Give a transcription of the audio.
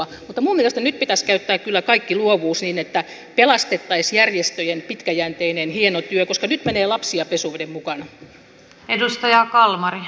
minun mielestäni nyt pitäisi käyttää kyllä kaikki luovuus niin että pelastettaisiin järjestöjen pitkäjänteinen hieno työ koska nyt menee lapsia pesuveden mukana